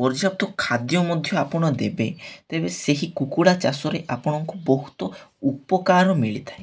ପର୍ଯ୍ୟାପ୍ତ ଖାଦ୍ୟ ମଧ୍ୟ ଆପଣ ଦେବେ ତେବେ ସେହି କୁକୁଡ଼ା ଚାଷରେ ଆପଣଙ୍କୁ ବହୁତ ଉପକାର ମିଳିଥାଏ